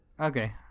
okay